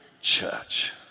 church